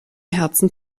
herzen